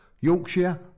Yorkshire